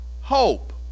hope